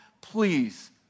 please